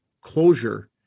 closure